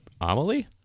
Amelie